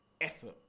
effort